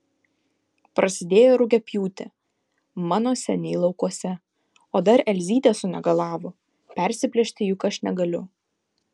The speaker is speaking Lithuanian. prasidėjo rugiapjūtė mano seniai laukuose o dar elzytė sunegalavo persiplėšti juk aš negaliu